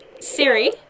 Siri